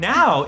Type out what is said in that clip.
Now